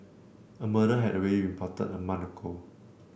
a murder had already been plotted a month ago